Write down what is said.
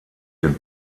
den